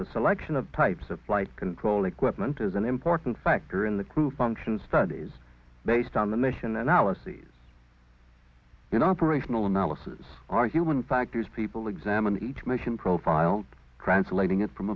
the selection of types of flight control equipment is an important factor in the crew functions studies based on the mission analyses in operational analysis our human factors people examine each mission profile translating it from